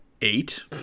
eight